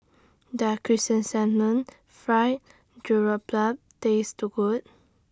Does Chrysanthemum Fried Garoupa Taste Good